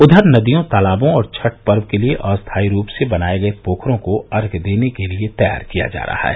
उधर नदियों तालाबों और छठ पर्व के लिये अस्थायी रूप से बनाये गये पोखरों को अर्घ्य देने के लिये तैयार किया जा रहा है